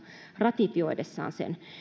ratifioidessaan sen